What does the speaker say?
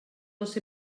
les